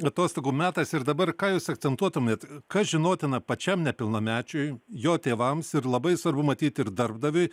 atostogų metas ir dabar ką jūs akcentuotumėt kas žinotina pačiam nepilnamečiui jo tėvams ir labai svarbu matyt ir darbdaviui